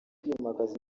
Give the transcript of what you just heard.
kwimakaza